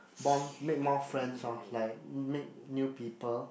bond make more friends lor like make new people